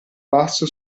basso